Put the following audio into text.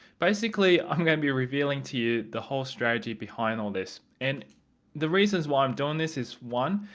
basically i'm going to be revealing to you the whole strategy behind all this and the reasons why i'm doing this is one,